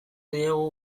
diegu